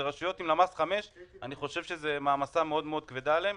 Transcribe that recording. לרשויות בלמ"ס 5 אני חושב שהמעמסה כבדה מאוד עליהם.